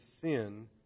sin